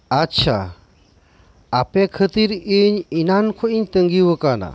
ᱟᱪᱪᱷᱟ ᱟᱯᱮ ᱠᱷᱟ ᱛᱤᱨ ᱤᱧ ᱮᱱᱟᱱ ᱠᱷᱚᱱ ᱤᱧ ᱛᱟᱸᱜᱤ ᱟᱠᱟᱫᱟ